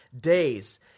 days